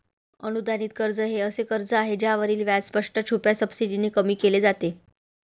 अनुदानित कर्ज हे असे कर्ज आहे ज्यावरील व्याज स्पष्ट, छुप्या सबसिडीने कमी केले जाते